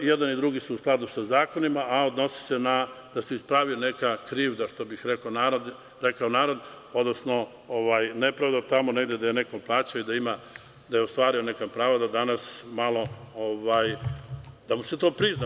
I jedan i drugi su u skladu sa zakonima, a odnose se da se ispravi neka krivda, što bi rekao narod, odnosno nepravda tamo negde gde je neko plaćao i gde je ostvario neka prava, da mu se to prizna.